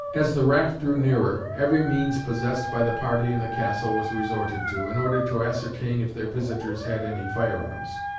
as the raft drew nearer, every means possessed by the party in the castle was resorted to, in order to ascertain if their visitors had any firearms.